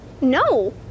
No